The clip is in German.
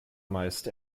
meist